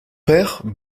père